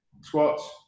squats